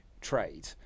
trade